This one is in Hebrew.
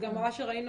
וגם מה שראינו,